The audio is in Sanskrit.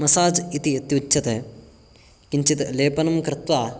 मसाज् इति यत्युच्यते किञ्चित् लेपनं कृत्वा